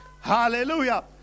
Hallelujah